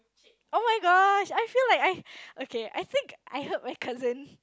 oh my gosh I feel like I okay I think I hurt my cousin